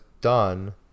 done